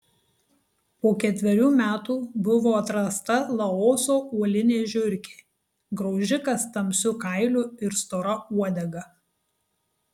po ketverių metų buvo atrasta laoso uolinė žiurkė graužikas tamsiu kailiu ir stora uodega